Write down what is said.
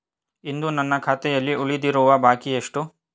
ಇಂದು ನನ್ನ ಖಾತೆಯಲ್ಲಿ ಉಳಿದಿರುವ ಬಾಕಿ ಎಷ್ಟು?